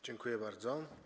Dziękuję bardzo.